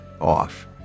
off